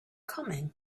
coming